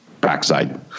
backside